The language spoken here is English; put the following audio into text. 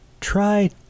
try